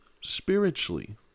spiritually